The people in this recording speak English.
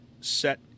set